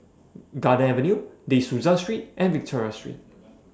Garden Avenue De Souza Street and Victoria Street